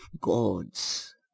God's